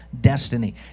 destiny